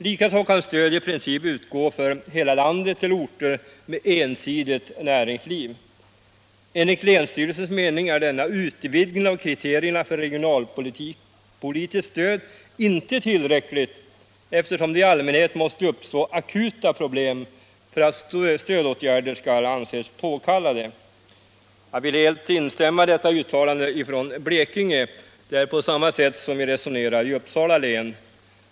Likaså kan stöd i princip utgå över hela landet till orter med ensidigt näringsliv. Enligt länsstyrelsens mening är denna utvidgning av kriterierna för regionalpolitiskt stöd inte tillräcklig, eftersom det i allmänhet måste uppstå akuta problem för att stödåtgärder skall anses påkallade. ; Jag vill helt instämma i detta uttalande från Blekinge. På samma sätt resonerar vi i Uppsala län.